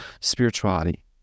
spirituality